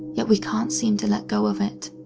yet we can't seem to let go of it.